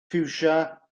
ffiwsia